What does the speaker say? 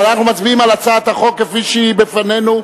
אבל אנחנו מצביעים על הצעת החוק כפי שהיא בפנינו.